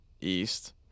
East